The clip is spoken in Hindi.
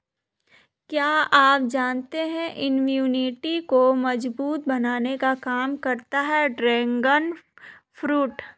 क्या आप जानते है इम्यूनिटी को मजबूत बनाने का काम करता है ड्रैगन फ्रूट?